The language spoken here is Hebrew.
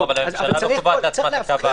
לא, אבל הממשלה לא קובעת לעצמה את הקו האדום.